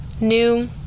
new